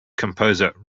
composer